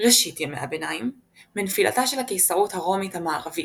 ראשית ימי הביניים מנפילתה של הקיסרות הרומית המערבית,